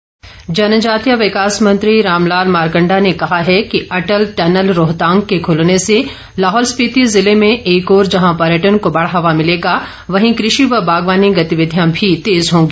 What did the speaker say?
मारकंडा जनजातीय विकास मंत्री रामलाल मारकंडा ने कहा है कि अटल टनल रोहतांग के खुलने से लाहौल स्पीति जिले में एक ओर जहां पर्यटन को बढ़ावा मिलेगा वहीं कृषि व बागवानी गतिविधियाँ भी तेज होंगी